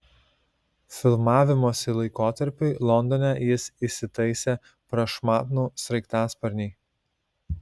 filmavimosi laikotarpiui londone jis įsitaisė prašmatnų sraigtasparnį